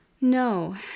No